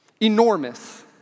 enormous